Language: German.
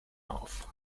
auf